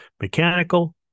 mechanical